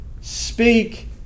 Speak